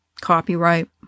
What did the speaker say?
copyright